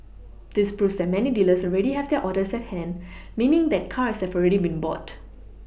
this proves that many dealers already have their orders at hand meaning that cars have already been bought